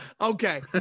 Okay